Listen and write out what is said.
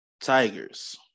Tigers